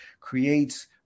creates